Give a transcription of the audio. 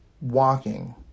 walking